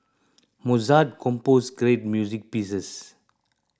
Mozart composed great music pieces